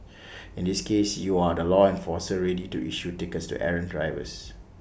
in this case you are the law enforcer ready to issue tickets to errant drivers